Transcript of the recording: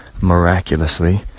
miraculously